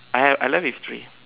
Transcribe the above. I I left with three